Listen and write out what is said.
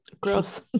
gross